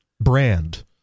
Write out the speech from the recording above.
brand